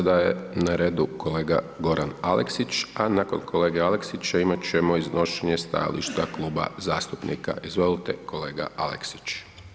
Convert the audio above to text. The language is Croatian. Sada je na redu kolega Goran Aleksić, a nakon kolege Aleksića, imat ćemo iznošenje stajališta kluba zastupnika, izvolite kolega Aleksić.